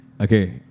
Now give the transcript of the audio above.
Okay